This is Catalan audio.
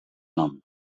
nom